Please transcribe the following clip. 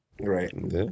Right